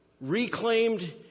Reclaimed